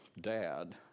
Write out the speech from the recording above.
dad